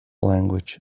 language